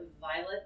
violet